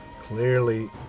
clearly